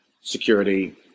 security